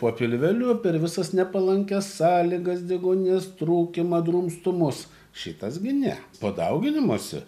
po pilveliu per visas nepalankias sąlygas deguonies trūkimą drumstumus šitas gi ne po dauginimosi